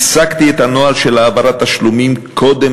הפסקתי את הנוהל של העברת תשלומים קודם